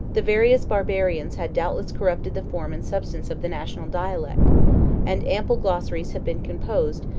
the various barbarians had doubtless corrupted the form and substance of the national dialect and ample glossaries have been composed,